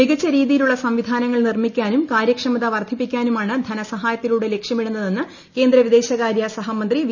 മികച്ച രീതിയിലുള്ള സംവിധാനങ്ങൾ നിർമ്മിക്കാനും കാര്യക്ഷമത വർദ്ധിപ്പിക്കാനുമാണ് ധനസഹായത്തിലൂടെ ലക്ഷ്യമിടുന്നതെന്ന് കേന്ദ്ര പ്പിദേശകാരൃ സഹമന്ത്രി വി